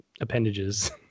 appendages